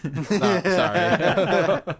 Sorry